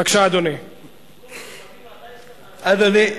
בבקשה, אדוני.